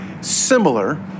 similar